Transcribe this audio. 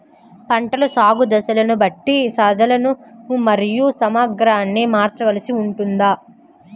పంటల సాగు దశలను బట్టి సాధనలు మరియు సామాగ్రిని మార్చవలసి ఉంటుందా?